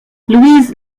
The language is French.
louise